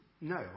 no